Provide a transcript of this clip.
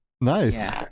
nice